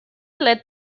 led